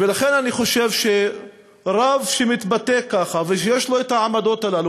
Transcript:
ולכן אני חושב שרב שמתבטא כך ושיש לו את העמדות הללו,